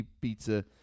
pizza